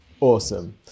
Awesome